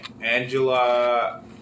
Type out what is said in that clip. Angela